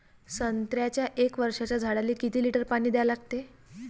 संत्र्याच्या एक वर्षाच्या झाडाले किती लिटर पाणी द्या लागते?